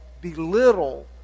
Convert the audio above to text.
belittle